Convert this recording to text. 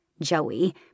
Joey